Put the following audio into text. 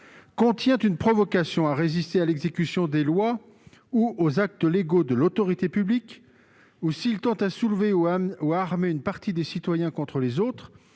contient une provocation à résister à l'exécution des lois ou aux actes légaux de l'autorité publique, ou s'il tend à soulever ou à armer une partie des citoyens contre les autres,